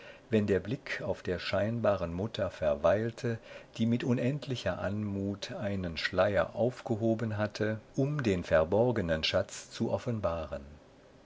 wenn der blick auf der scheinbaren mutter verweilte die mit unendlicher anmut einen schleier aufgehoben hatte um den verborgenen schatz zu offenbaren